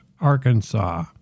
Arkansas